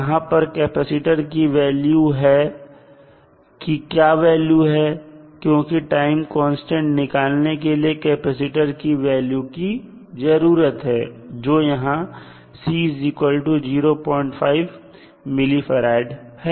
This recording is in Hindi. यहां पर कैपेसिटर की क्या वैल्यू है क्योंकि टाइम कांस्टेंट निकालने के लिए कैपेसिटर के वैल्यू की जरूरत है जो यहां C05 mF है